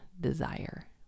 desire